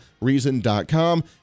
reason.com